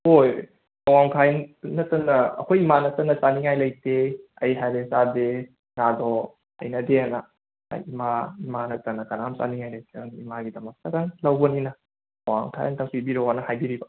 ꯍꯣꯏ ꯄꯋꯥ ꯃꯈꯥꯏ ꯅꯠꯇꯅ ꯑꯩꯈꯣꯏ ꯏꯃꯥ ꯅꯠꯇꯅ ꯆꯥꯅꯤꯉꯥꯏ ꯂꯩꯇꯦ ꯑꯩ ꯍꯥꯏꯔꯦ ꯆꯥꯗꯦ ꯉꯥꯗꯣ ꯍꯩꯅꯗꯦꯅ ꯏꯃꯥ ꯏꯃꯥ ꯅꯠꯇꯅ ꯀꯅꯥꯝ ꯆꯥꯅꯤꯉꯥꯏ ꯂꯩꯇꯦ ꯏꯃꯥꯒꯤꯗꯃꯛꯇ ꯂꯧꯕꯅꯤꯅ ꯄꯋꯥ ꯃꯈꯥꯏ ꯑꯝꯇ ꯄꯤꯕꯤꯔꯛꯑꯣꯅ ꯍꯥꯏꯕꯤꯔꯤꯕ